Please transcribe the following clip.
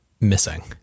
missing